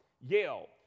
Yale